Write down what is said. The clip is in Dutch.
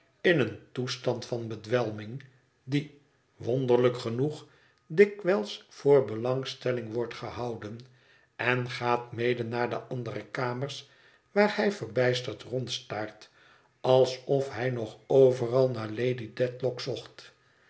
in een toestand van bedwelming die wonderlijk genoeg dikwijls voor belangstelling wordt gehouden en gaat mede naar de andere kamers waar hij verbijsterd rondstaart alsof hij nog overal naar lady dedlock zocht